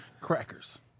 Crackers